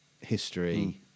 history